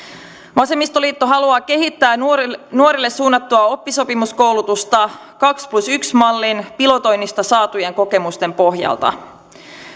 vasemmistoliitto haluaa kehittää nuorille nuorille suunnattua oppisopimuskoulutusta kaksi plus yksi mallin pilotoinnista saatujen kokemusten pohjalta